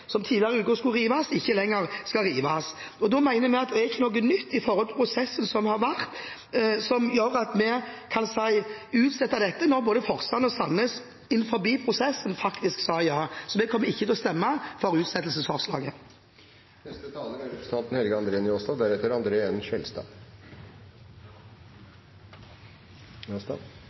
som tidligere i uken skulle rives, ikke lenger skal rives. Da mener vi at det ikke er noe nytt med tanke på prosessen som har vært, som gjør at vi vil utsette sammenslåingen når både Forsand og Sandnes i løpet av prosessen faktisk sa ja. Så vi kommer ikke til å stemme for utsettelsesforslaget. Då eg høyrde innlegget til representanten